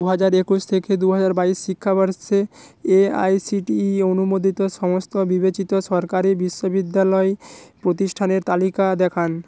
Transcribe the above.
দু হাজার একুশ থেকে দু হাজার বাইশ শিক্ষাবর্ষে A I C T E অনুমোদিত সমস্ত বিবেচিত সরকারি বিশ্ববিদ্যালয় প্রতিষ্ঠানের তালিকা দেখান